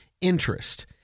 interest